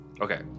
Okay